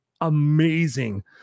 amazing